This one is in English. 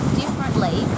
differently